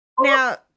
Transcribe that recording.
Now